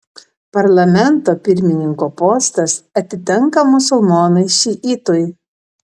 parlamento pirmininko postas atitenka musulmonui šiitui